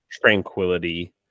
tranquility